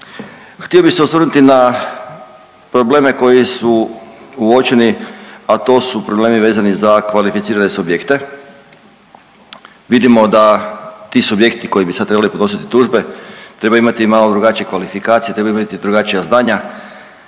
Htio bi se osvrnuti na probleme koji su uočeni, a to su problemi vezani za kvalificirane subjekte. Vidimo da ti subjekti koji bi sad trebali podnositi tužbe trebaju imati malo drugačije kvalifikacije i trebaju imati drugačija znanja